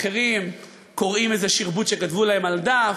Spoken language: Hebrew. אחרים קוראים איזה שרבוט שכתבו להם על דף,